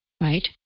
Right